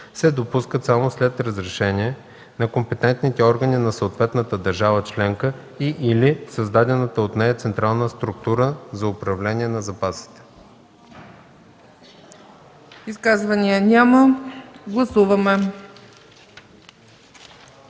се допускат само след разрешение на компетентните органи на съответната държава членка и/или създадената от нея централна структура за управление на запасите.” ПРЕДСЕДАТЕЛ